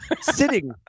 sitting